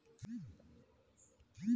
ಕಳೆ ತೆಗೆಯಲು ಬಳಸುವ ಕೃಷಿ ಉಪಕರಣ ಯಾವುದು?